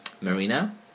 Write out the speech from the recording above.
Marina